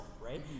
right